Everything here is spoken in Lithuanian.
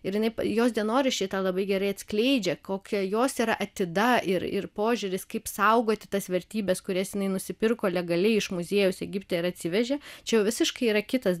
ir jinai jos dienoraščiai tą labai gerai atskleidžia kokia jos yra atida ir ir požiūris kaip saugoti tas vertybes kurias jinai nusipirko legaliai iš muziejaus egipte ir atsivežė čia jau visiškai yra kitas